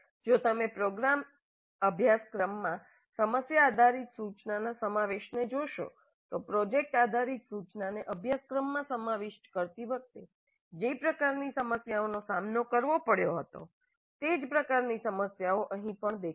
જો તમે પ્રોગ્રામ અભ્યાસક્રમમાં સમસ્યા આધારિત સૂચનાના સમાવેશને જોશો તો પ્રોજેક્ટ આધારિત સૂચનાને અભ્યાસક્રમમાં સમાવિષ્ટ કરતી વખતે જે પ્રકારની સમસ્યાઓનો સામનો કરવો પડ્યો હતો તે જ પ્રકારની સમસ્યાઓ અહીં પણ દેખાશે